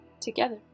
together